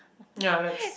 ya let's